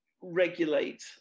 regulate